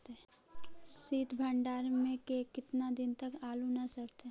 सित भंडार में के केतना दिन तक आलू न सड़तै?